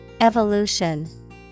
Evolution